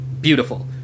beautiful